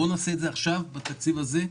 בואו נעשה את זה עכשיו בתקציב הזה.